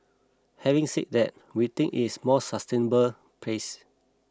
having said that we think it's more sustainable pace